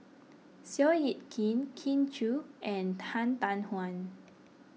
Seow Yit Kin Kin Chui and Han Tan Juan